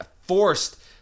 forced